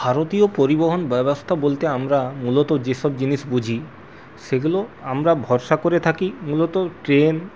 ভারতীয় পরিবহন ব্যবস্থা বলতে আমরা মূলত যে সব জিনিস বুঝি সেগুলো আমরা ভরসা করে থাকি মূলত ট্রেন